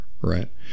right